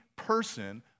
person